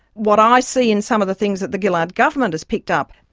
what i see in some of the things that the gillard government has picked up,